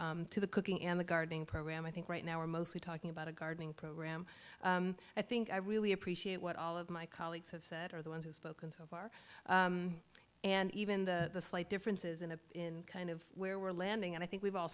to the cooking and the gardening program i think right now are mostly talking about a gardening program i think i really appreciate what all of my colleagues have said are the ones who've spoken so far and even the slight differences in a in kind of where we're landing and i think we've all